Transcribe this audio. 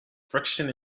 friction